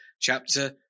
chapter